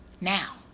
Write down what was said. Now